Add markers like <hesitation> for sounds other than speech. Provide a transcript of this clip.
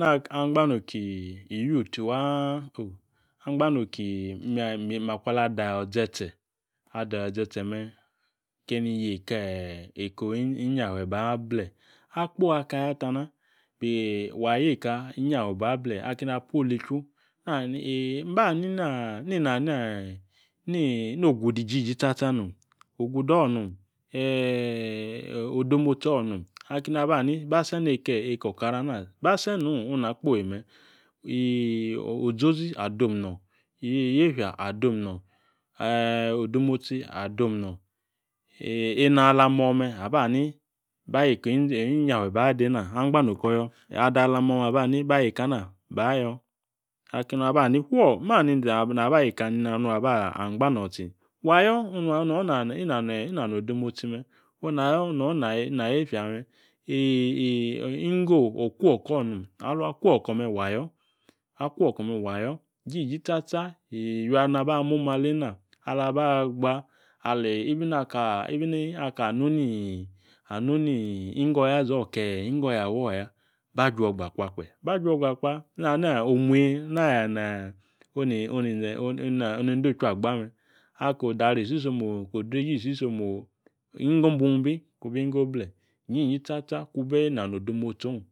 . <hesitation> angba no̱ ki <hesitation> makwa ala zetse adaya zetse mee keni yeka inyafe ba ple̱. Akpo aka ayata na wa ayeka inyafe oba ble. Akena apu olechu <unintelligible> ogude ijiji tsatsa nom. Ogude nom <hesitation> odemotsi nom. Akeni aba ani ba sene eka okora ba na ba sene nong ogude nom ong na akpo me̱ <hesitation> ozozi adom nong yiefya adom nong <hesitation> odemotsi adom nong. Eno ala amo̱ me̱ aba ni ba ayo <hesitation> eka inyafe bade angba no̱ko̱ ayo ado̱ ala mome aba ni ba yeka na ba ayo akeni abani fuo <hesitation> na aba ayekani nung aba angba nang tsi wa ayo ong no nano odemotsi me̱ nong no yiefya me <hesitation> inggo okwo oko̱ nom alung akwo oko̱ me wa ayo akwo oko̱ wa ayo ijiji tsatsa iywi ali naba mo̱ma aleena ala aba gba even aka nonu <hesitation> inggo oyazi oke̱ inggo oyawe o̱ ya ba juo̱aba kwa ba inogba kwa na ne omuyi <hesitation> nondochwi agba me ako odare isisomo ko dreeje isisomo inggo bung bi kung bi inggo ble inyiyi tsatsa kung bi nano odemotsi ong.